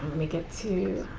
me get to,